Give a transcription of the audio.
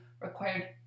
required